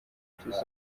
abakomeye